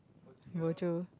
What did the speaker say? bo jio